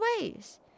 ways